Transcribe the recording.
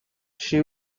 she